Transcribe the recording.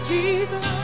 Jesus